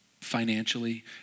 financially